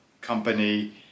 company